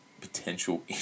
potential